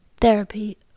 therapy